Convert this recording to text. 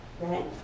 Right